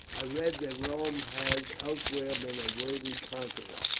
i read that rome has elsewhere been a worthy conqueror,